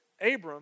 Abram